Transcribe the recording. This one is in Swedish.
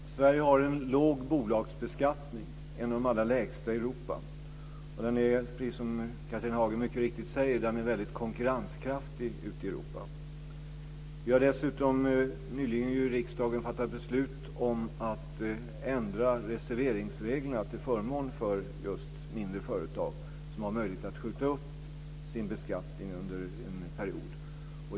Fru talman! Sverige har en låg bolagsbeskattning, en av de allra lägsta i Europa. Den är väldigt konkurrenskraftig ute i Europa, precis som Catharina Hagen mycket riktigt säger. Riksdagen har dessutom nyligen fattat beslut om att ändra reserveringsreglerna till förmån för just mindre företag som har möjlighet att skjuta upp sin beskattning under en period.